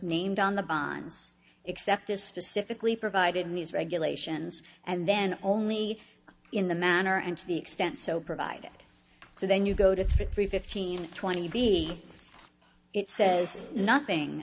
named on the bonds except as specifically provided in these regulations and then only in the manner and to the extent so provided so then you go to three fifteen and twenty b it says nothing